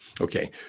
Okay